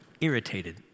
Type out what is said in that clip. irritated